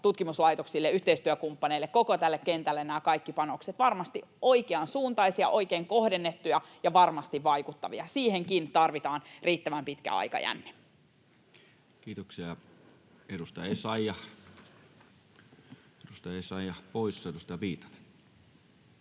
tutkimuslaitoksille, yhteistyökumppaneille ja koko tälle kentälle varmasti oikeansuuntaisia, oikein kohdennettuja ja varmasti vaikuttavia. Siihenkin tarvitaan riittävän pitkä aikajänne. Kiitoksia. — Ja edustaja Essayah poissa. — Edustaja Viitanen.